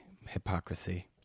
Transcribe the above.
hypocrisy